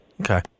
Okay